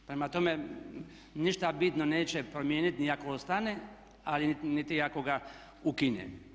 Prema tome, ništa bitno neće promijeniti ni ako ostane, ali niti ako ga ukine.